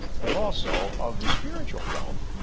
but also of the spiritual realm.